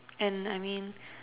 and I mean